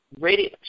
radio